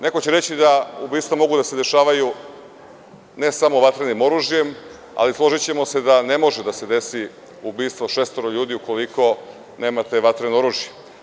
Neko će reći da ubistva mogu da se dešavaju ne samo vatrenim oružjem, ali složićemo se da ne može da se desi ubistvo šestoro ljudi, ukoliko nemate vatreno oružje.